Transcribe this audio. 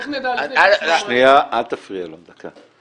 איך נדע --- שנייה, אל תפריע לו, דקה.